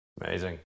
Amazing